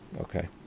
Okay